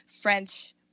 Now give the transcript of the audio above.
French